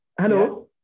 hello